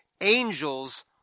angels